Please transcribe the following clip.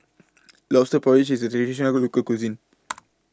Lobster Porridge IS A Traditional Local Cuisine